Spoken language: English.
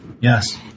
Yes